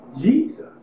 Jesus